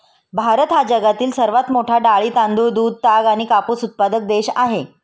भारत हा जगातील सर्वात मोठा डाळी, तांदूळ, दूध, ताग आणि कापूस उत्पादक देश आहे